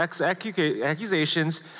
accusations